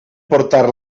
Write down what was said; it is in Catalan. portar